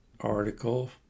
article